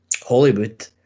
Hollywood